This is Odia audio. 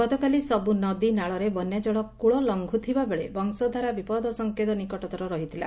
ଗତକାଲି ସବୁ ନଦୀ ନାଳରେ ବନ୍ୟାଜଳ କୁଳ ଲଘ୍ରଥିବା ବେଳେ ବଂଶଧାର ବିପଦସଙ୍କେତ ନିକଟତର ରହିଥିଲା